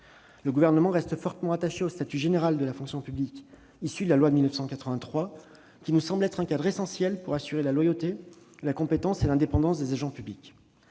Le Gouvernement reste fortement attaché au statut général de la fonction publique issu de la loi de 1983, qui nous semble être un cadre essentiel pour assurer la loyauté, la compétence et l'indépendance des agents publics.